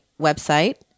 website